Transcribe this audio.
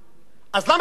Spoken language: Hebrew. אז למה בכל זאת?